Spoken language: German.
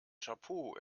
chapeau